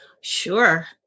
sure